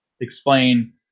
explain